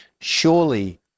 Surely